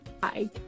Bye